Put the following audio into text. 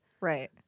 Right